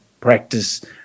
practice